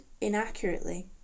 inaccurately